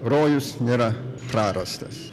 rojus nėra prarastas